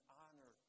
honor